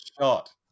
shot